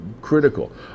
critical